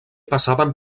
passaven